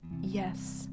yes